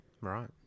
Right